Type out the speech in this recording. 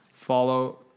Follow